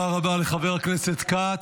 תודה רבה לחבר הכנסת כץ.